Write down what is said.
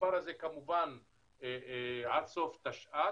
המספר הזה כמובן עד סוף תשע"ט.